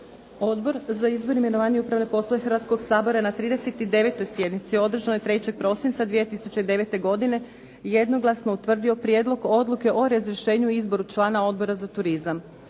Odbor za izbor, imenovanja i upravne poslove Hrvatskoga sabora na 39. sjednici održanoj 3. prosinca 2009. godine većinom glasova utvrdio je Prijedlog odluke o imenovanju članice Savjeta